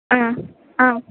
ஆ ஆ